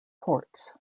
ports